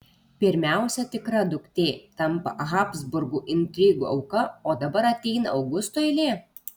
pirmiausia tikra duktė tampa habsburgų intrigų auka o dabar ateina augusto eilė